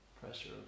Pressure